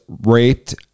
raped